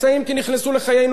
ואנחנו נעשה את זה.